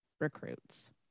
recruits